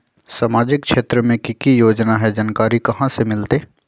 सामाजिक क्षेत्र मे कि की योजना है जानकारी कहाँ से मिलतै?